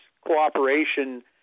cooperation